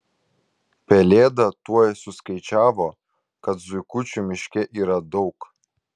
pelėda tuoj suskaičiavo kad zuikučių miške yra daug